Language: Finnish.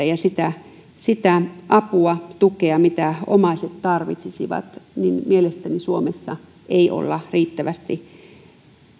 ja sitä sitä apua tukea mitä omaiset tarvitsisivat mielestäni suomessa ei olla riittävästi